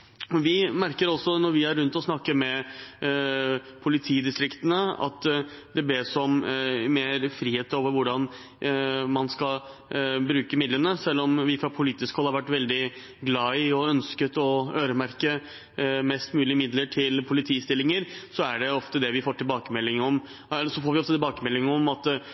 Vi merker også, når vi er rundt og snakker med politidistriktene, at det bes om mer frihet med hensyn til hvordan man skal bruke midlene. Selv om vi fra politisk hold har vært veldig glad i – og har ønsket – å øremerke mest mulig midler til politistillinger, får vi også tilbakemelding om at det